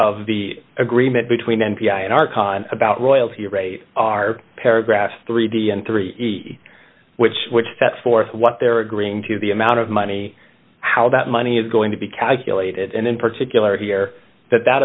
of the agreement between n p r and our con about royalty rate are paragraphs three d and three d which which sets forth what they're agreeing to the amount of money how that money is going to be calculated and in particular here that that